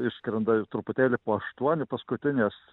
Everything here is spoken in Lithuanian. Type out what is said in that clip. išskrenda ir truputėlį po aštuonių paskutinės